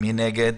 מי נגד?